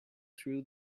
through